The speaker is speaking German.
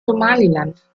somaliland